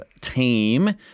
team